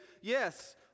Yes